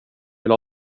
vill